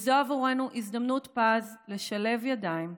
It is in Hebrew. זו עבורנו הזדמנות פז לשלב ידיים,